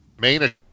Main